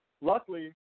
luckily